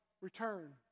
return